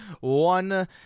one